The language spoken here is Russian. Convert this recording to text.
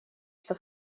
что